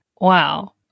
Wow